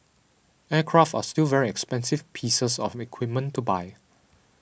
aircraft are still very expensive pieces of equipment to buy